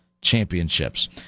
Championships